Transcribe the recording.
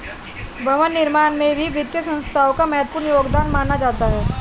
भवन निर्माण में भी वित्तीय संस्थाओं का महत्वपूर्ण योगदान माना जाता है